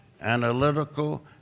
analytical